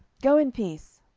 go in peace.